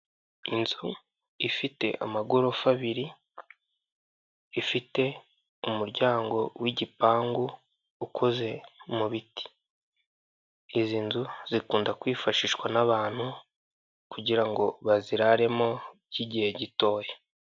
Inzu ifite amagorofa abiri, ifite umuryango w'igipangu ukoze mu biti. Izi nzu zikunda kwifashishwa n'abantu kugira ngo baziraremo by'igihe gitoya.